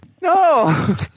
No